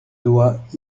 doigts